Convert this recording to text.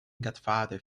godfather